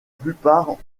plupart